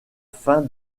fin